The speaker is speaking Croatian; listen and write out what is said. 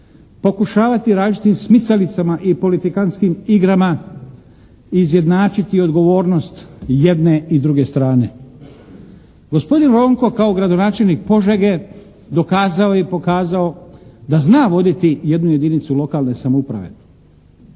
pokušavajući različitim smicalicama i politikantskim igrama izjednačiti odgovornost jedne i druge strane. Gospodin Ronko kao gradonačelnik Požege dokazao je i pokazao da zna voditi jednu jedinicu lokalne samouprave.